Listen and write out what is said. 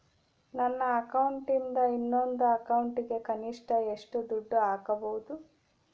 ನನ್ನ ಅಕೌಂಟಿಂದ ಇನ್ನೊಂದು ಅಕೌಂಟಿಗೆ ಕನಿಷ್ಟ ಎಷ್ಟು ದುಡ್ಡು ಹಾಕಬಹುದು?